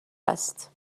است